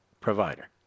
provider